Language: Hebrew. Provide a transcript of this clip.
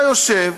אתה יושב,